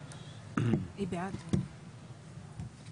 הצבעה הרוויזיה לא נתקבלה בעד, 4 נגד, 8